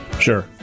Sure